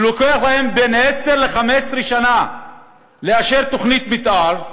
שלוקח להן בין עשר ל-15 שנה לאשר תוכנית מתאר,